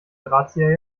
drahtzieher